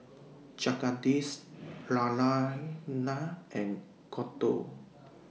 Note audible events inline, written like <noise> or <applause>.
Jagadish <noise> Naraina and Gouthu